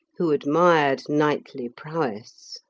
who admired knightly prowess.